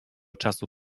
czasu